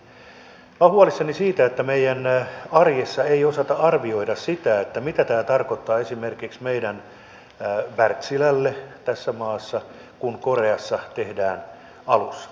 minä olen huolissani siitä että meidän arjessa ei osata arvioida sitä mitä se tarkoittaa esimerkiksi wärtsilälle tässä maassa kun koreassa tehdään alus